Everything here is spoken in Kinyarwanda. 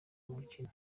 mukino